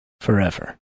forever